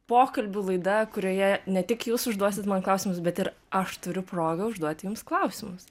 pokalbių laida kurioje ne tik jūs užduosit man klausimus bet ir aš turiu progą užduoti jums klausimus